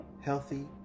healthy